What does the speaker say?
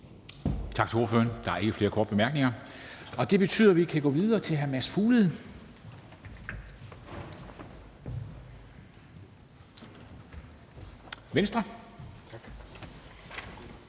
Tak til ordføreren. Der er ikke flere korte bemærkninger, og det betyder, at vi kan gå videre i ordførerrækken til fru